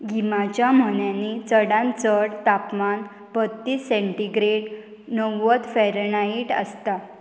गिमाच्या म्हयन्यांनी चडान चड तापमान बत्तीस सेंटीग्रेड णव्वद फेरेनायट आसता